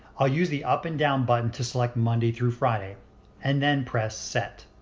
i'll use the up and down buttons to select monday through friday and then press set.